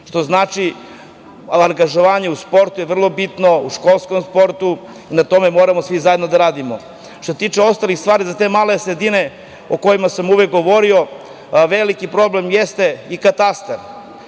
što znači angažovanje u sportu je vrlo bitno, u školskom sportu i na tome moramo svi zajedno da radimo. Što se tiče ostalih stvari za te male sredine o kojima sam uvek govorio, veliki problem jeste i katastar.